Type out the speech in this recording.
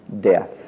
death